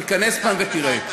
תיכנס פעם ותראה.